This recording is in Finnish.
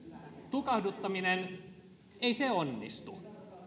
tukahduttaminen ei onnistu